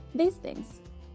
these things.